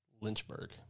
Lynchburg